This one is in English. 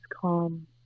calm